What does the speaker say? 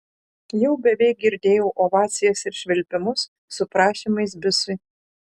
jau beveik girdėjau ovacijas ir švilpimus su prašymais bisui